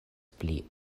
pli